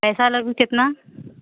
पैसा लगू कितना